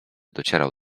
docierał